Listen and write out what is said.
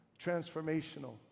transformational